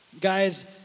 Guys